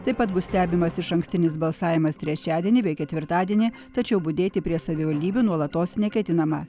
taip pat bus stebimas išankstinis balsavimas trečiadienį bei ketvirtadienį tačiau budėti prie savivaldybių nuolatos neketinama